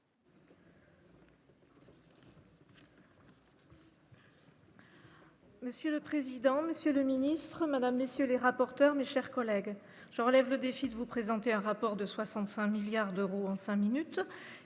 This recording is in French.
Monsieur le président Monsieur 2 ministres Madame messieurs les rapporteurs mais, chers collègues, je relève le défi de vous présenter un rapport de 65 milliards d'euros en 5 minutes,